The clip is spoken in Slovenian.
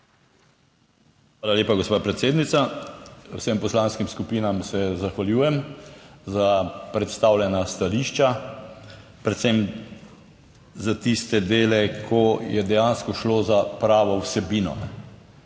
Hvala lepa, gospa predsednica. Vsem poslanskim skupinam se zahvaljujem za predstavljena stališča, predvsem za tiste dele, ko je dejansko šlo za pravo vsebino,